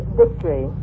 victory